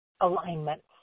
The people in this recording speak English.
alignments